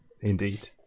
indeed